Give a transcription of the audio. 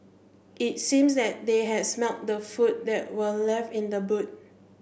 it seemed that they had smelt the food that were left in the boot